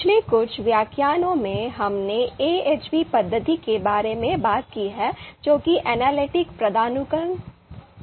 पिछले कुछ व्याख्यानों में हमने AHP पद्धति के बारे में बात की है जो कि एनालिटिक पदानुक्रम प्रक्रिया है